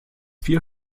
vier